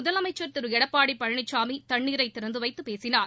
முதலமைச்ச் திரு எடப்பாடி பழனிசாமி தண்ணீரை திறந்து வைத்து பேசினார்